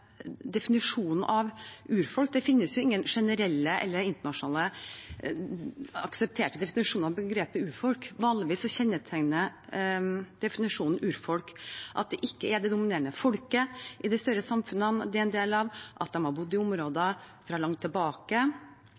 definisjonen av urfolk. Det finnes ingen generelle eller internasjonalt aksepterte definisjoner av begrepet «urfolk». Vanligvis kjennetegner definisjonen «urfolk» at det ikke er det dominerende folket i de større samfunnene de er en del av, at de har bodd i områder fra langt tilbake